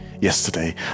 Yesterday